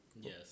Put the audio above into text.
Yes